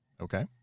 Okay